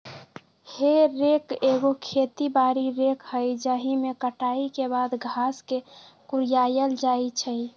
हे रेक एगो खेती बारी रेक हइ जाहिमे कटाई के बाद घास के कुरियायल जाइ छइ